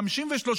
למה פוגעים בנו?